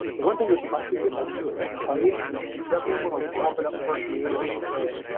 the one thing with plastic dip will tell you is that you definitely want to warm it up first before you spray it.